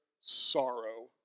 sorrow